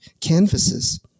canvases